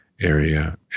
area